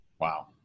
Wow